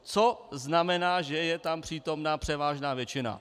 Co znamená, že je tam přítomna převážná většina.